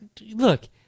look